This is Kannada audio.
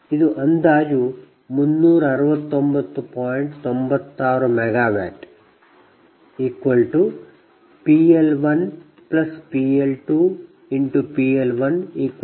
ಇದು ಅಂದಾಜು 369